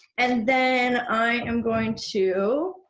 and then, i am going to,